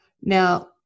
Now